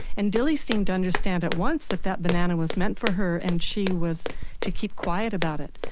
and dilly seemed to understand at once that that banana was meant for her and she was to keep quiet about it.